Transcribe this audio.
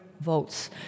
votes